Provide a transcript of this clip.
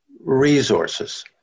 resources